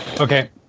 Okay